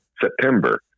September